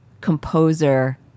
composer